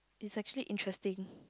is actually interesting